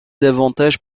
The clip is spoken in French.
davantage